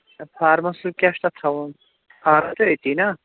اَچھا فارمَس سۭتۍ کیٛاہ چھُ تَتھ تھاوُن فارَم چھا أتی نا